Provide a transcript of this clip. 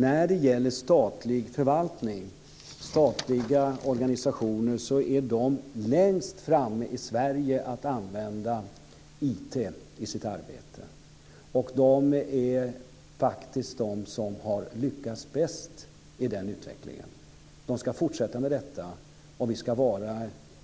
När det gäller statlig förvaltning och statliga organisationer är de längst framme i Sverige med att använda IT i sitt arbete. De är faktiskt de som har lyckats bäst i den utvecklingen. De ska fortsätta med detta, och vi ska